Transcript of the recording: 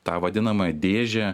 tą vadinamą dėžę